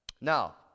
Now